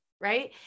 right